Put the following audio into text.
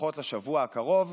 או ראש ממשלה שהוא בריון,